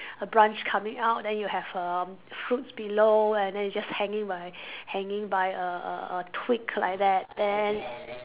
a brunch coming out then you have erm fruits below and then you just hanging by hanging by a a a twig like that then